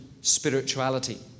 spirituality